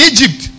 Egypt